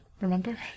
remember